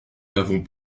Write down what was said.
n’avons